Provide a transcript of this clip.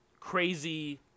crazy